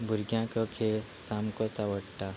भुरग्यांक हो खेळ सामकोच आवडटा